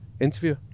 Interview